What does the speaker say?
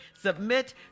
Submit